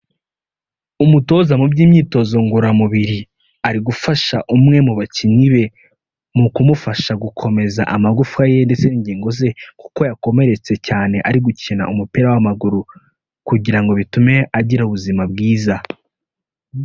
Umutoza mu by'imyitozo ngororamubiri ari gufasha umwe mu bakinnyi be mu kumufasha gukomeza amagufa ye ndetse n'ingingo ze kuko yakomeretse cyane ari gukina umupira w'amaguru, kugira ngo bitume agira ubuzima bwiza.